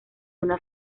una